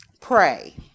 Pray